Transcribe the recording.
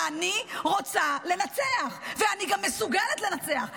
אני רוצה לנצח, ואני גם מסוגלת לנצח.